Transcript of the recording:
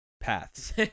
paths